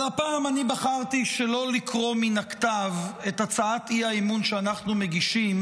אבל הפעם אני בחרתי שלא לקרוא מן הכתב את הצעת האי-אמון שאנחנו מגישים,